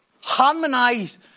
harmonise